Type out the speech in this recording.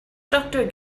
doctor